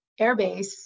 airbase